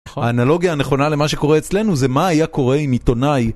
האנלוגיה הנכונה למה שקורה אצלנו זה מה היה קורה עם עיתונאי,